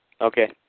Okay